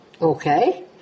Okay